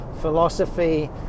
philosophy